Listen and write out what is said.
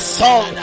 song